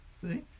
See